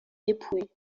dépouille